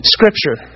Scripture